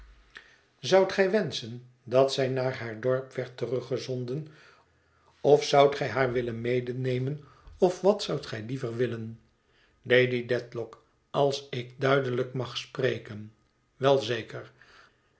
zoudt gij wenschen dat zij naar haar dorp werd teruggezonden of zoudt gij haar willen medenemen of wat zoudt gij liever willen lady dedlock als ik duidelijk mag spreken wel zeker